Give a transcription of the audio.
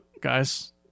guys